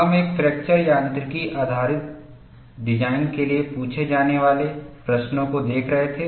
हम एक फ्रैक्चर यांत्रिकी आधारित डिज़ाइन के लिए पूछे जाने वाले प्रश्नों को देख रहे थे